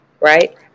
right